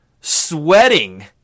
sweating